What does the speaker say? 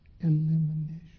elimination